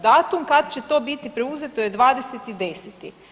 Datum kad će to biti preuzeto je 20.10.